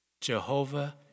Jehovah